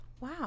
Wow